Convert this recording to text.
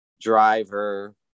driver